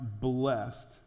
blessed